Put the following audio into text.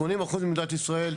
80% ממדינת ישראל,